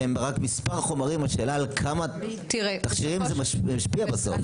שהם רק מספר חומרים - השאלה על כמה תכשירים זה משפיע בסוף?